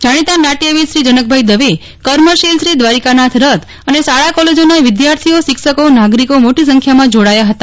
જાજીતા નાટચવીદ શ્રી જનકભાઈ દવેકર્મશીલ શ્રી દ્વારિકાનાથ રથ અને શાળા કોલેજોના વિદ્યાર્થીઓશિક્ષકોનાગરિકો મોટી સંખ્યામાં જોડાયા હતા